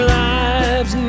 lives